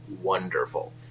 Wonderful